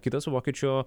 kitas vokiečio